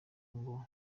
ngo